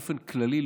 באופן כללי,